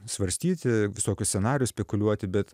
svarstyti visokius scenarijus spekuliuoti bet